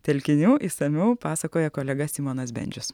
telkinių išsamiau pasakoja kolega simonas bendžius